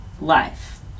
life